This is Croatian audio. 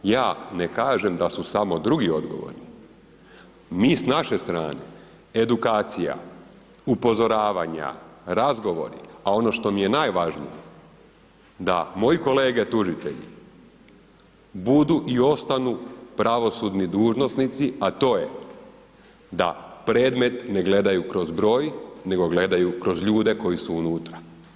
Ja ne kažem da su samo drugi odgovorni, mi s naše strane edukacija upozoravanja, razgovori, a ono što mi je najvažnije da moji kolege tužitelji budu i ostanu pravosudni dužnosnici, a to je da predmet ne gledaju kroz broj nego gledaju kroz ljude koji su unutra.